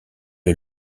est